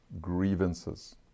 grievances